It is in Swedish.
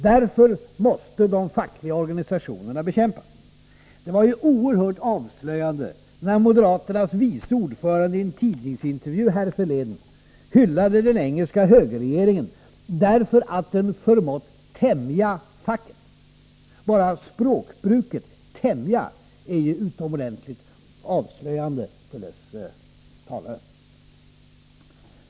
Därför måste de fackliga organisationerna bekämpas. Det var oerhört avslöjande när moderaternas vice ordförande i en tidningsintervju nyligen hyllade den engelska högerregeringen därför att den förmått ”tämja” facket. Bara språkbruket, ”tämja”, är utomordentligt avslöjande.